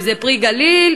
אם זה "פרי הגליל",